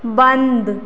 बन्द